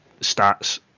stats